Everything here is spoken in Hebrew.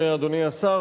אדוני השר,